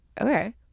Okay